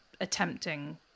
attempting